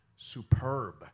superb